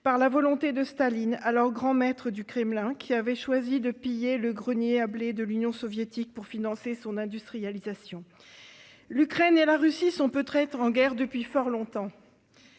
par la volonté de Staline, alors grand maître du Kremlin, qui avait choisi de piller le grenier à blé de l'Union soviétique pour financer son industrialisation. L'Ukraine et la Russie sont en guerre depuis fort longtemps,